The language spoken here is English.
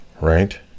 right